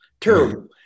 Terrible